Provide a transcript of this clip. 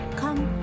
come